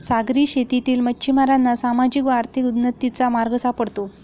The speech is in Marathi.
सागरी शेतीतील मच्छिमारांना सामाजिक व आर्थिक उन्नतीचा मार्ग सापडतो